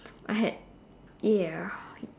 I had ya